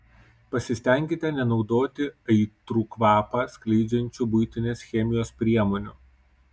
pasistenkite nenaudoti aitrų kvapą skleidžiančių buitinės chemijos priemonių